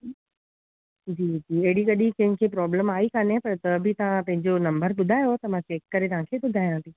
जी जी अहिॾी कॾहिं कंहिंखे प्रोब्लम आई कोन्हे पर त बि तव्हां पंहिंजो नंबर बुधायो त मां चेक करे तव्हांखे ॿुधाया थी